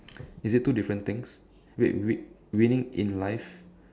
is it two different things wait win~ winning in life